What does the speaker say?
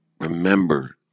Remember